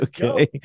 okay